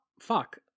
fuck